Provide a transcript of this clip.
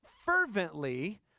fervently